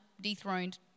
dethroned